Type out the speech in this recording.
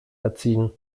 erziehen